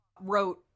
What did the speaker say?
wrote